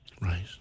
Right